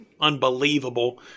unbelievable